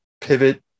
pivot